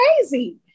crazy